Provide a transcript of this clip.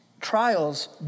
trials